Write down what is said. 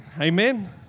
Amen